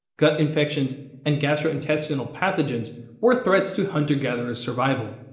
gut infections and gastrointestinal pathogens were threats to hunter-gatherers survival,